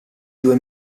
due